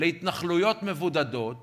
להתנחלויות מבודדות